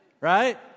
Right